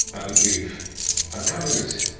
now that we've uncovered it,